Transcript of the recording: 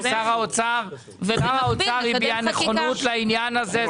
שר האוצר הביע נכונות לעניין הזה.